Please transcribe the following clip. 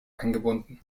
eingebunden